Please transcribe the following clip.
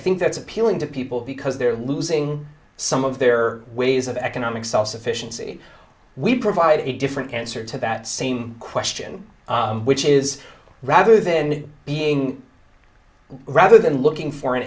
think that's appealing to people because they're losing some of their ways of economic self sufficiency we provide a different answer to that same question which is rather than being rather than looking for an